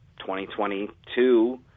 2022